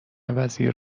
وزیر